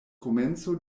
komenco